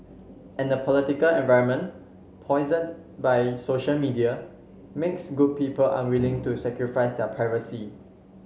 and the political environment poisoned by social media makes good people unwilling to sacrifice their privacy